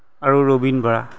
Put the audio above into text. আৰু ৰবীন বৰা